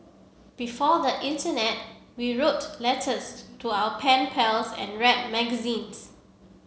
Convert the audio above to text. before the internet we wrote letters to our pen pals and read magazines